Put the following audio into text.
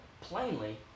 plainly